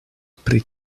pri